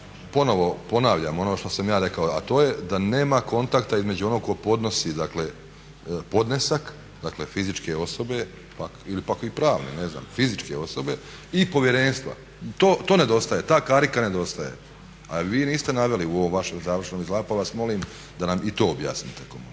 ponovo ponavljam ono što sam ja rekao a to je da nema kontakta između onog tko podnosi dakle podnesak, dakle fizičke osobe ili pak i pravne, ne znam, fizičke osobe i povjerenstva. To nedostaje, ta karika nedostaje. A vi je niste naveli u ovom vašem završnom izlaganju pa vas molim da nam i to objasnite ako